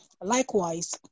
Likewise